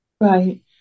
Right